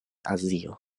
azio